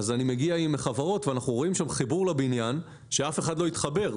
אני מגיע עם החברות ואנחנו רואים שם חיבור לבניין ואף אחד לא התחבר.